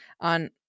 On